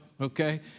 okay